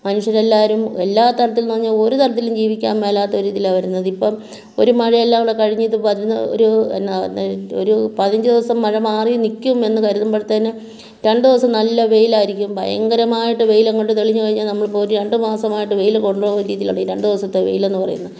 മനുഷ്യരെല്ലാരും എല്ലാ തരത്തിൽ എന്ന് പറഞ്ഞാൽ ഒരു തരത്തിലും ജീവിക്കാൻ മേലാത്ത ഒരിതിലാണ് വരുന്നത് ഇപ്പം ഒരു മഴയെല്ലാമിവിടെ കഴിഞ്ഞ് ഇത് അതിന് ഒരു പിന്നെ എന്നാന്ന് ഒരു പതിനഞ്ച് ദിവസം മഴ മാറി നിൽക്കും എന്ന് കരുതുമ്പോളത്തേനും രണ്ട് ദിവസം നല്ല വെയിലായിരിക്കും ഭയങ്കരമായിട്ട് വെയിലങ്ങോട്ട് തെളിഞ്ഞ് കഴിഞ്ഞാൽ നമ്മളിപ്പോൾ ഒരു രണ്ട് മാസമായിട്ട് വെയിൽ കൊണ്ടോ എന്ന രീതിയിലുള്ള ഈ രണ്ടു ദിവസത്തെ വെയിലെന്ന് പറയുന്നത്